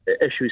issues